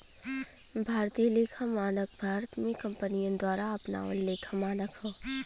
भारतीय लेखा मानक भारत में कंपनियन द्वारा अपनावल लेखा मानक हौ